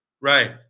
Right